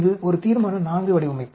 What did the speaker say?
இது ஒரு தீர்மான IV வடிவமைப்பு